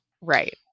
right